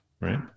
Right